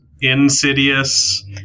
insidious